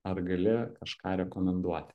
ar gali kažką rekomenduoti